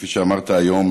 כפי שאמרת היום,